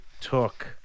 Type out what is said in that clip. took